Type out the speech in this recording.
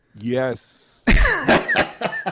Yes